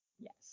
Yes